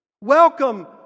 Welcome